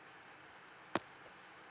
okay